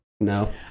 No